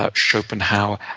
ah schopenhauer,